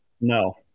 No